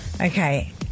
Okay